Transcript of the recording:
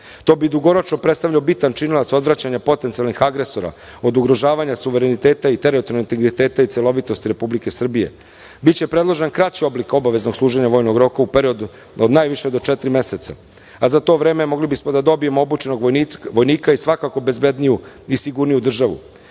To bi dugoročno predstavljao bitan činilac odvraćanja potencijalnih agresora od ugrožavanja suvereniteta i teritorijalnog integriteta i celovitosti Republike Srbije. Biće predložen kraći oblik obaveznog služenja vojnog roka u periodu od najviše do četiri meseca, a za to vreme mogli bi smo da dobijemo obučenog vojnika i svakako bezbedniju i sigurniju državu.